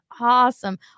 awesome